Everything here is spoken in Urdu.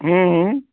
ہوں ہوں